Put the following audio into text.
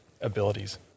abilities